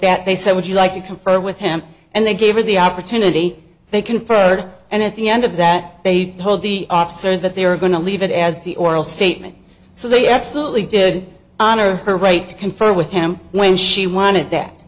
that they said would you like to confer with him and they gave her the opportunity they conferred and at the end of that they told the officer that they were going to leave it as the oral statement so they absolutely did honor her right to confer with him when she wanted that